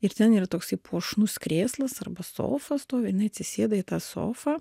ir ten yra toksai puošnus krėslas arba sofa stovi jinai atsisėda į tą sofą